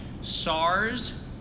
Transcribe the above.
SARS